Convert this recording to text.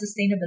sustainability